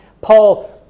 Paul